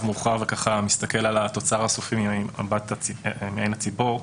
מאוחר ומסתכל על התוצר הסופי ממבט מעין הציפור.